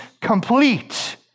complete